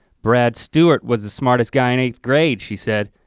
brad stewart was the smartest guy in eighth grade, she said,